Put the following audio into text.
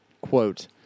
Quote